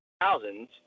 thousands